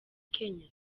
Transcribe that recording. kenya